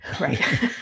Right